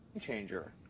changer